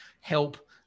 help